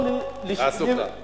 תעסוקה.